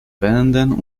beenden